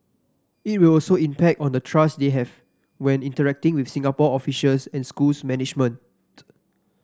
it will also impact on the trust they have when interacting with Singapore officials and schools management